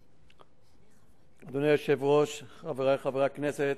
1043, חבר הכנסת